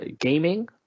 gaming